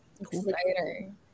Exciting